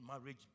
marriage